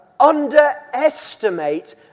underestimate